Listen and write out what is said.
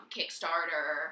Kickstarter